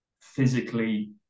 physically